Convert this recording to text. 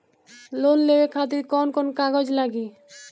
Loan लेवे खातिर कौन कौन कागज लागी?